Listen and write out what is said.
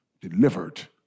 delivered